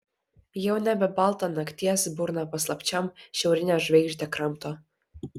jau nebe balta nakties burna paslapčiom šiaurinę žvaigždę kramto